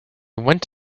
went